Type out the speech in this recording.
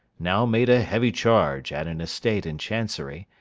now made a heavy charge at an estate in chancery,